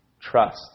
trust